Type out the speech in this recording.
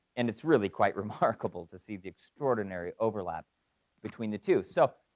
and it's really quite remarkable to see the extraordinary overlap between the two. so,